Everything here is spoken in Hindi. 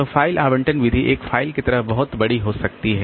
तो फ़ाइल आवंटन विधि एक फ़ाइल की तरह बहुत बड़ी हो सकती है